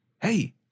hey